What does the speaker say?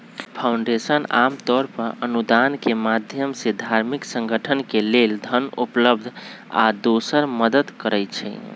foundation आमतौर पर अनुदान के माधयम से धार्मिक संगठन के लेल धन उपलब्ध आ दोसर मदद करई छई